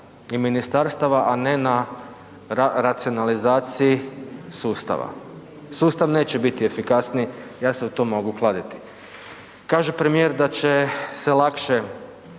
i ministarstava a ne na racionalizaciji sustava. Sustav neće biti efikasniji, ja se u to mogu kladiti. Kaže premijer da će se lakše